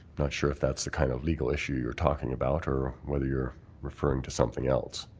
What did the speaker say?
not sure if that's the kind of legal issue you are talking about or whether you are referring to something else.